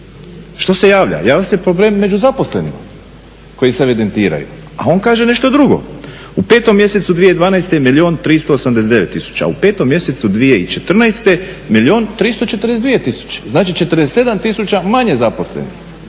što se javlja, javlja se problem među zaposlenima koji se evidentiraju, a on kaže nešto drugo. u 5 mjesecu 2012. 1 389 tisuća, a u 5 mjesecu 2014. 1 342 tisuće, znači 47 tisuća manje zaposlenih.